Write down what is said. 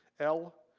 ell,